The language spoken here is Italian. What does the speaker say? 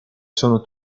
sono